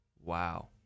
wow